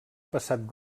passat